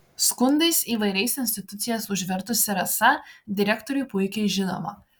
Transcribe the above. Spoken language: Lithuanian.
skundais įvairias institucijas užvertusi rasa direktoriui puikiai žinoma